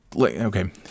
Okay